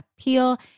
appeal